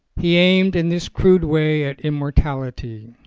he aimed in this crude way at immortality.